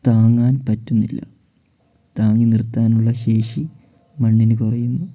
താങ്ങാൻ പറ്റുന്നില്ല താങ്ങി നിർത്താനുള്ള ശേഷി മണ്ണിന് കുറയുന്നു